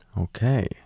Okay